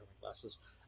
glasses